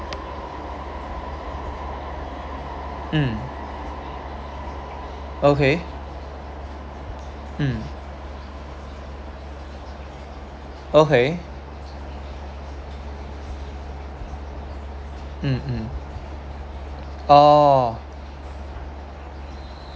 mm okay mm okay mm oh